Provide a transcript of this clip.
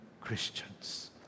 Christians